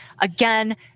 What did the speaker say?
Again